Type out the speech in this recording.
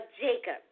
Jacob